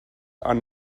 are